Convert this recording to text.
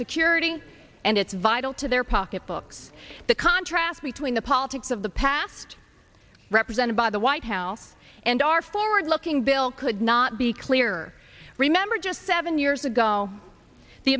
security and it's vital to their pocketbooks the contrast between the politics of the past represented by the white house and our forward looking bill could not be clear remember just seven years ago the